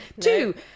Two